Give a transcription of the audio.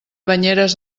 banyeres